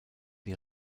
die